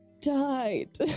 died